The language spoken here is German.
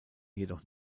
jedoch